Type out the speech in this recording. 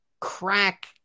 crack